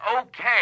okay